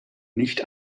nicht